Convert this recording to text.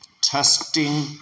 testing